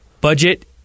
budget